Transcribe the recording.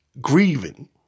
grieving